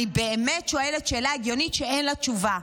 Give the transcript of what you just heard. אני באמת שואלת שאלה הגיונית, שאין לה תשובה.